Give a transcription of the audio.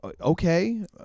okay